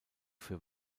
für